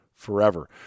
forever